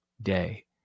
day